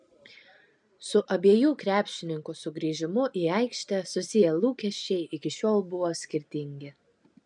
su abiejų krepšininkų sugrįžimu į aikštę susiję lūkesčiai iki šiol buvo skirtingi